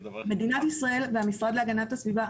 בהובלת משרד האנרגיה יחד עם המשרד להגנת הסביבה,